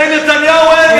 לנתניהו אין,